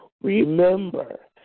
remember